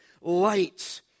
light